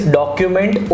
document